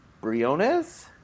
Briones